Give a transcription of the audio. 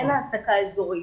אין העסקה אזורית.